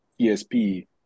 TSP